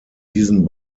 diesen